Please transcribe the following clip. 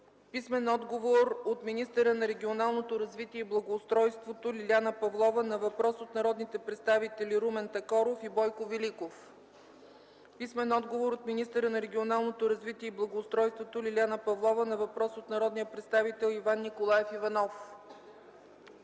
Чуколов; - министъра на регионалното развитие и благоустройството Лиляна Павлова на въпрос от народните представители Румен Такоров и Бойко Великов; - министъра на регионалното развитие и благоустройството Лиляна Павлова на въпрос от народния представител Иван Николаев Иванов;